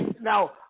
now